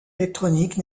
électroniques